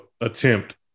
attempt